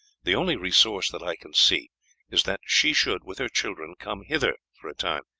the only resource that i can see is that she should with her children come hither for a time.